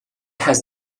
has